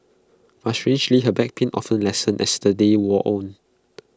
but strangely her back pain often lessened as the day wore on